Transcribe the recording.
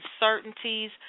uncertainties